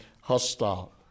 hostile